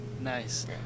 nice